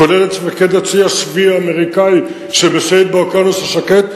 כולל אצל מפקד הצי השביעי האמריקני שמשייט באוקיינוס השקט.